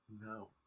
No